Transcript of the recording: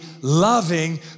loving